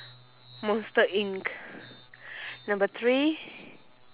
monster inc number three